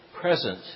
present